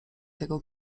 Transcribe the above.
tego